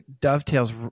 dovetails